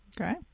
Okay